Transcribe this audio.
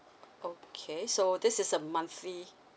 okay so this is a monthly